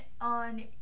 on